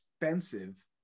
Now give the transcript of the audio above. expensive